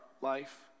life